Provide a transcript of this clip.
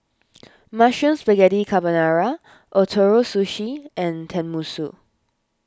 Mushroom Spaghetti Carbonara Ootoro Sushi and Tenmusu